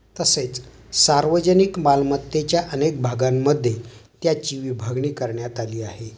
तसेच सार्वजनिक मालमत्तेच्या अनेक भागांमध्ये त्याची विभागणी करण्यात आली आहे